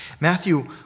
Matthew